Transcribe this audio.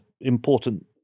important